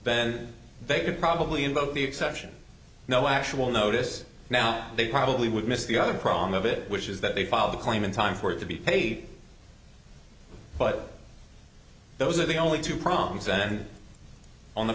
then they could probably invoke the exception no actual notice now they probably would miss the other problem of it which is that they file the claim in time for it to be paid but those are the only two problems and on the